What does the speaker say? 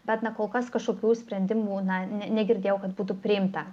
bet na kol kas kažkokių sprendimų na negirdėjau kad būtų priimta